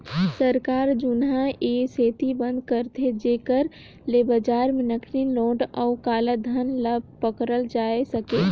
सरकार जुनहा ए सेती बंद करथे जेकर ले बजार में नकली नोट अउ काला धन ल पकड़ल जाए सके